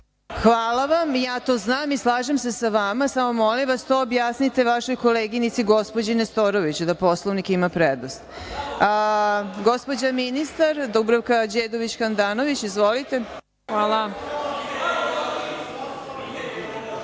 Hvala vam. Ja to znam i slažem se sa vama, samo molim vas to vi objasnite vašoj koleginici gospođi Nestorović, da Poslovnik ima prednost. Gospođa ministar Dubravka Đedović Handanović ima reč. Izvolite.